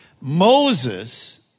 Moses